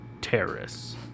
terrorists